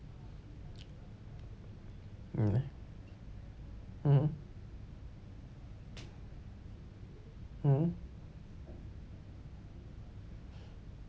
ya mmhmm mm